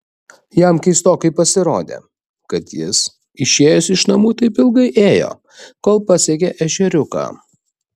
jam keistokai pasirodė kad jis išėjęs iš namų taip ilgai ėjo kol pasiekė ežeriuką